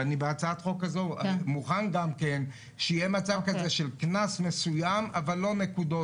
ואני מוכן שיהיה מצב של קנס מסוים אבל לא נקודות,